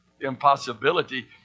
impossibility